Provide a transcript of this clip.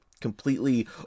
completely